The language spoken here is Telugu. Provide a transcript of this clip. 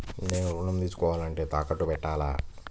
నేను ఋణం తీసుకోవాలంటే తాకట్టు పెట్టాలా?